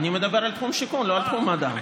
אני מדבר על תחום השיכון, לא על תחום המדע.